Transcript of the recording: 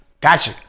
Gotcha